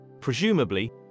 presumably